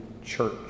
church